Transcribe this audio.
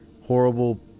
horrible